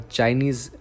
Chinese